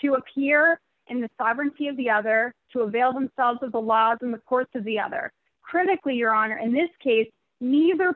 to appear in the sovereignty of the other to avail themselves of the law in the course of the other critically your honor in this case neither